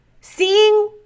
Seeing